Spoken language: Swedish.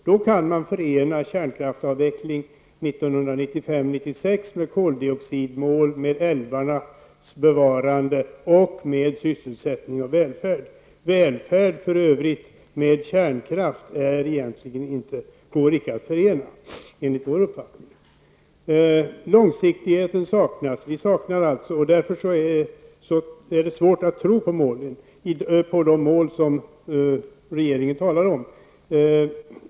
Då kan man förena kärnkraftsavveckling 1995/96 med koldioxidmål, älvarnas bevarande, och med sysselsättning och välfärd. För övrigt går välfärd och kärnkraft enligt vår uppfattning icke att förena. Vi saknar långsiktigheten. Det är därför svårt att tro på de mål som regeringen talar om.